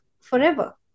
forever